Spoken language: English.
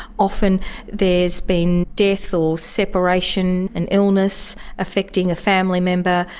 often there's been death or separation, an illness affecting a family member,